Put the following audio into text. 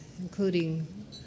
including